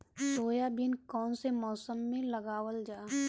Soybean कौने मौसम में लगावल जा?